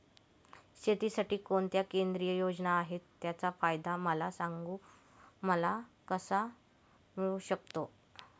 शेतीसाठी कोणत्या केंद्रिय योजना आहेत, त्याचा फायदा मला कसा मिळू शकतो?